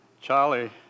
Charlie